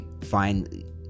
find